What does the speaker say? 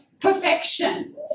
perfection